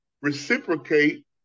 reciprocate